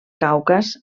caucas